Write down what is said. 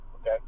okay